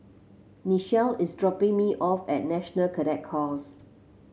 Nichelle is dropping me off at National Cadet Corps